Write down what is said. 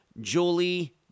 Julie